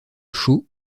chaud